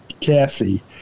Cassie